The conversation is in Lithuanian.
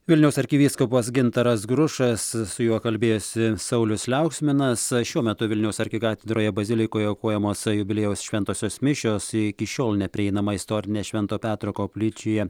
vilniaus arkivyskupas gintaras grušas su juo kalbėjosi saulius liauksminas šiuo metu vilniaus arkikatedroje bazilikoje aukojamos jubiliejaus šventosios mišios iki šiol neprieinama istorinė švento petro koplyčioje